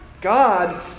God